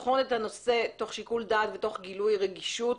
לבחון את הנושא תוך שיקול דעת ותוך גילוי רגישות